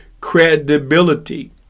credibility